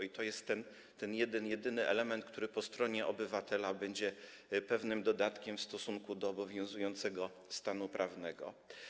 I to jest ten jeden jedyny element, który po stronie obywatela będzie pewnym dodatkiem w stosunku do obowiązującego stanu prawnego.